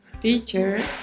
teacher